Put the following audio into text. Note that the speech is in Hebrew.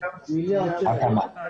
כמיליארד שקל.